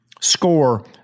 score